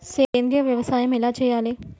సేంద్రీయ వ్యవసాయం ఎలా చెయ్యాలే?